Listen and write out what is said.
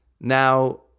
Now